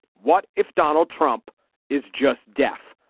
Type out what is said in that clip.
what if donald trump is just deaf.